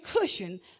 cushion